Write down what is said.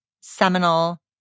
seminal